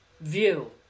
view